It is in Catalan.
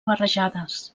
barrejades